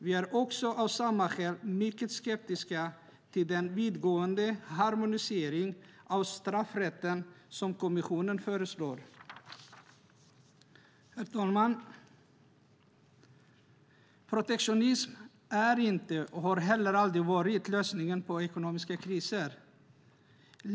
Vi är av samma skäl mycket skeptiska till den vittgående harmonisering av straffrätten som kommissionen föreslår. Herr talman! Protektionism är inte, och har heller aldrig varit, lösningen på ekonomiska kriser.